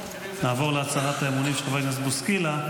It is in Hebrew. נעבור להצהרת האמונים של חבר הכנסת בוסקילה,